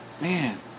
man